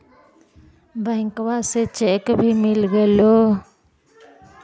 बैंकवा से चेक भी मिलगेलो?